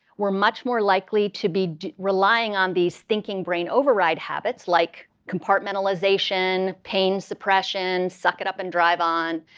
we're much more likely to be relying on these thinking brain override habits like compartmentalization, pain suppression, suck it up and drive on,